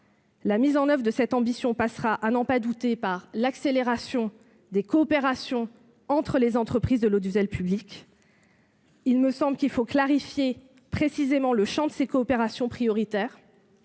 La mise en oeuvre de cette ambition passera, à n'en pas douter, par l'accélération des coopérations entre les entreprises de l'audiovisuel public. Il me semble qu'il faut clarifier précisément le champ de ces coopérations prioritaires,